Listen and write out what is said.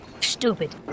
stupid